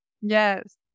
Yes